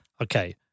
okay